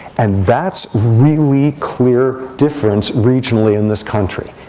and that's really clear difference regionally in this country.